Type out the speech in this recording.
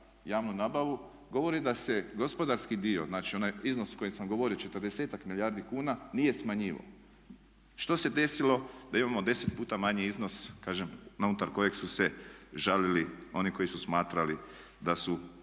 javnu nabavu govori da se gospodarski dio, znači onaj iznos o kojem sam govorio 40-ak milijardi kuna, nije smanjivao. Što se desilo da imamo 10 puta manji iznos kažem unutar kojeg su se žalili oni koji su smatrali da su